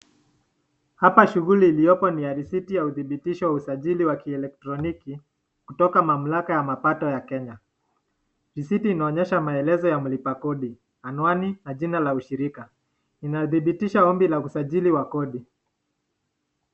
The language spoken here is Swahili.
Hapa shuguli iliopo niya risiti ya udhibitisho ya usajili ya kielektroniki kutoka mamlaka ya mapato ya Kenya. Risiti inaonyesha maelezo ya mlipa kodi, anwani na jina la ushirika. Inadhibitisha ombi la usajili ya kodi.